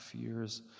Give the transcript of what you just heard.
fears